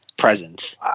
presence